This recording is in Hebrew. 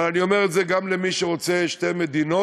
אבל אני אומר את זה גם למי שרוצה שתי מדינות.